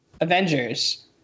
Avengers